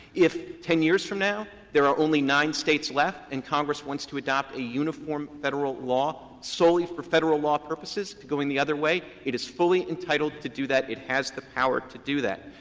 if ten years from now there are only nine states left and congress wants to adopt a uniform federal law solely for federal law purposes to going the other way, it is fully entitled to do that. it has the power to do that.